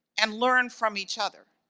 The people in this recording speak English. and learn from each other.